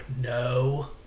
no